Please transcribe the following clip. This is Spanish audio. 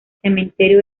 cementerio